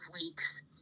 weeks